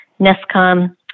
NESCOM